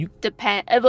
Depend